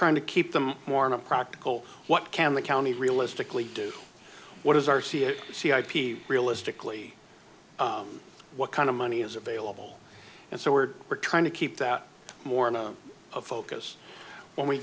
trying to keep them more in a practical what can the county realistically do what is r c a c i p realistically what kind of money is available and so we're we're trying to keep that more of focus when we